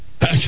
back